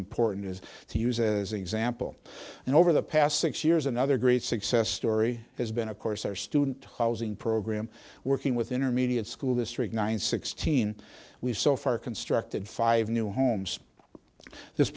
important is to use as an example and over the past six years another great success story has been of course our student housing program working with intermediate school district nine sixteen we've so far constructed five new homes this